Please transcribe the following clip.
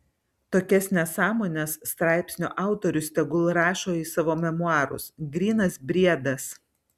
tokias nesąmones straipsnio autorius tegul rašo į savo memuarus grynas briedas